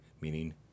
meaning